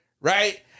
right